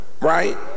right